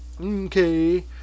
Okay